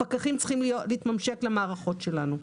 הפקחים צריכים להתממשק למערכות שלנו.